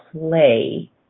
play